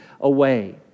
away